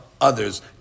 Others